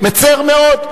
מצר מאוד.